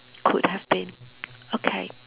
could have been okay